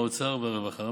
האוצר והרווחה,